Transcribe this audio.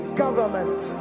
government